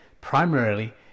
Primarily